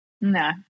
No